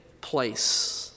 place